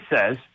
says